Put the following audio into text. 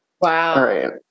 Wow